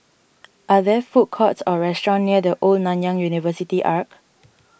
are there food courts or restaurants near the Old Nanyang University Arch